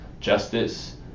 justice